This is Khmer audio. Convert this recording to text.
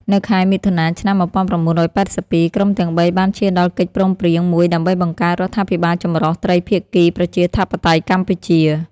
នៅខែមិថុនា ឆ្នាំ ១៩៨២ ក្រុមទាំងបីបានឈានដល់កិច្ចព្រមព្រៀងមួយដើម្បីបង្កើត រដ្ឋាភិបាលចម្រុះត្រីភាគីប្រជាធិបតេយ្យកម្ពុជា ។